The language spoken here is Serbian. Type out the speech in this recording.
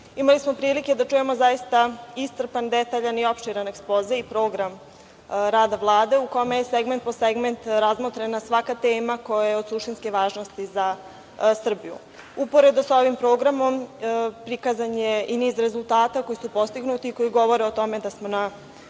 Vladi. Imali smo prilike da čujemo zaista iscrpan, detaljan i opširan ekspoze i program rada Vlade u kome je segment po segment razmotrena svaka tema koja je od suštinske važnosti za Srbiju. Uporedo sa ovim programom, prikazan je i niz rezultata koji su postignuti i koji govore o tome da smo na